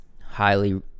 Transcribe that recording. highly